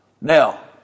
Now